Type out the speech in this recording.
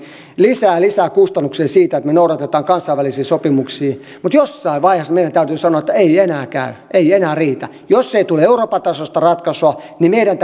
lisää ja lisää kustannuksia siitä että me noudatamme kansainvälisiä sopimuksia mutta jossain vaiheessa meidän täytyy sanoa että ei enää käy ei enää riitä jos ei tule euroopan tasoista ratkaisua niin meidän